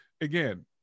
again